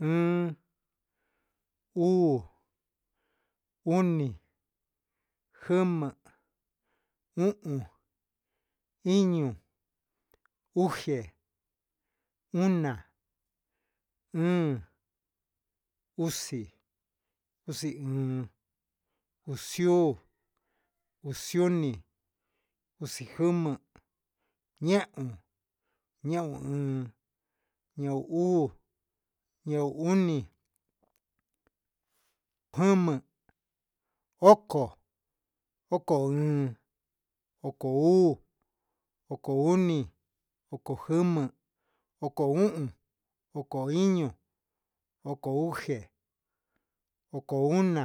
Un, uu, oni, jama'a, u'on, uño, uxe, ona, o'on, uxi, uxi ion, uxi'ó, uxiomi, uxioma, ñe'en, ñe'on, ñeu uu, ñeu oni, ñeu uu, ñeu oni, jama'a, oko, oko o'on, oko uu, oko jomi, oko joma, oko o'on, oko iño, oko uxe, oko ona,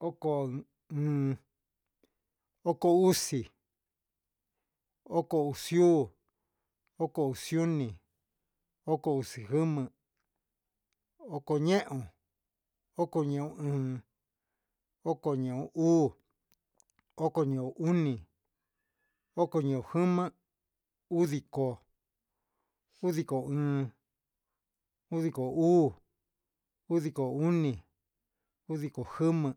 oko uun, oko uxi, oko uxi'ó, oko oxioni, oko uxioma, oko ñeon, oko ñeun, oko ñeun uu, oko ñeon oni oko ñeujoma, udiko, udiko o'on, udiko uu, udiko oni, odiko joma,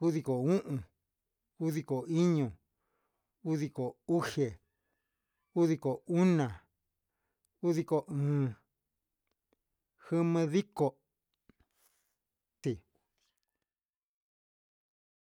udiko o'on, udiko iño, udiko uxe, udiko oña'a, udiko uun, jomidiko ti'í.